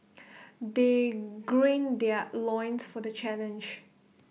they green their loins for the challenge